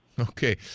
Okay